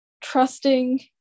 trusting